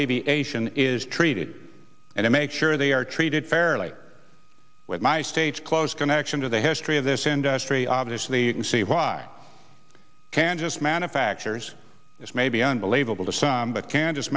aviation is treated and i make sure they are treated fairly with my state's close connection to the history of this industry obviously and see why kansas manufactures this may be unbelievable to some but kansas